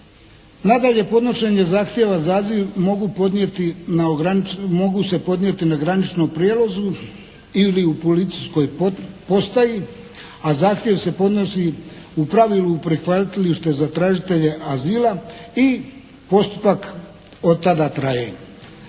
Nadalje, podnošenje zahtjeva za azil mogu podnijeti, mogu se podnijeti na graničnom prijelazi ili u policijskoj postaji. A zahtjev se podnosi u pravilu u prihvatilištu za tražitelje azila i postupak od tada traje.